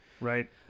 right